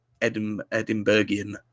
Edinburghian